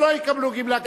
וכאלה שלא יקבלו גמלה,